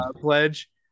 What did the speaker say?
pledge